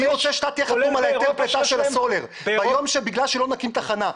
אני רוצה שאתה שתהיה חתום על ההסכם של הסולר בגלל שלא נקים לתחנה.